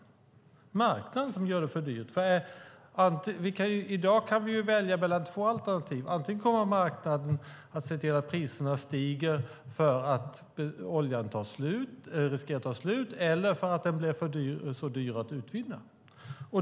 Det är marknaden som gör det för dyrt. I dag kan vi välja mellan två alternativ. Marknaden kommer att se till att priserna stiger antingen därför att oljan riskerar att ta slut eller därför att den blir så dyr att utvinna.